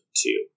two